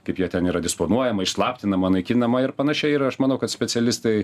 kaip ja ten yra disponuojama išslaptinama naikinama ir panašiai ir aš manau kad specialistai